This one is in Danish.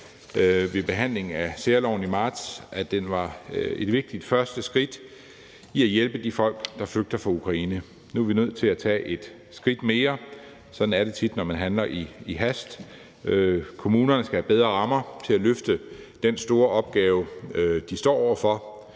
ved behandlingen af særloven i marts, at det var et vigtigt første skridt i at hjælpe de folk, der flygter fra Ukraine. Nu er vi nødt til at tage et skridt mere – sådan er det tit, når man handler i hast. Kommunerne skal have bedre rammer til at løfte den store opgave, de står over for.